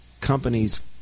companies